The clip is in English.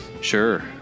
sure